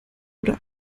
oder